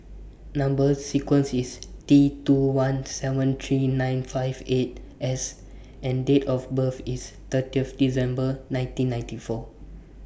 Number sequence IS T two one seven three nine five eight S and Date of birth IS thirty December nineteen ninety four